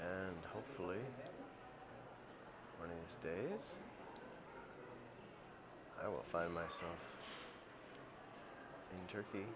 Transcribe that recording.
and hopefully a nice day i will find myself in turkey